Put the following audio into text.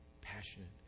passionate